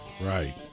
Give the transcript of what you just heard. Right